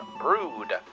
brood